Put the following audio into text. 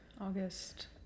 August